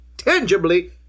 tangibly